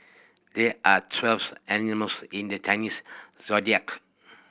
there are twelves animals in the Chinese Zodiac